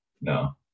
No